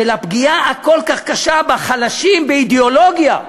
של הפגיעה הכל-כך קשה בחלשים, באידיאולוגיה,